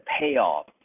payoff